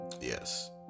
yes